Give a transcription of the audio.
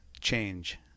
change